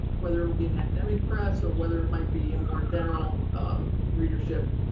whether it will be an academic press or whether it might be a more general readership,